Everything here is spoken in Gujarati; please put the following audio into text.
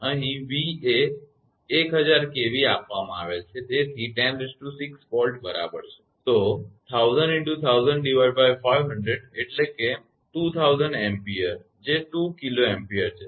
અહીં v એ 1000 kV આપવામાં આવેલ છે તેથી તે 106 વોલ્ટ બરાબર છે 1000×1000500 એટલે કે 2000 ampere જે 2 kA છે